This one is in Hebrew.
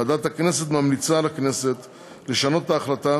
ועדת הכנסת ממליצה לכנסת לשנות את ההחלטה